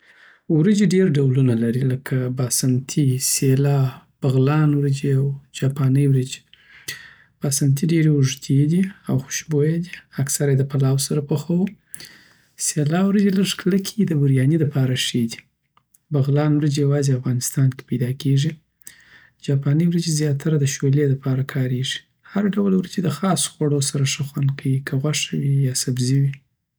ورېجی ډېر ډولونه لري، لکه باسمتي، سېلا، بغلان وریجی، او جاپاني وریجی. باسمتي ډېری اوږدی او خوشبویه دی، اکثره یې د پلاو سره پخوو. سېلا وریجی لږ کلک وي، د بریاني لپاره ښه دي. دبغلان وریجی یوازی افغانستان کی پیداکیږی جاپاني وریجی زیاتره د شولی لپاره کاریږی هر ډول وریجی د خاصو خوړو سره ښه خوند کوي، که غوښه وی یا سبزي وی